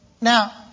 Now